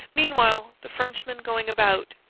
meanwhile, the frenchmen going about,